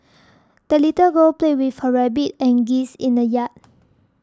the little girl played with her rabbit and geese in the yard